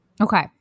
Okay